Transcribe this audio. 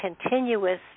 continuous